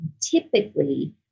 typically